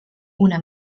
una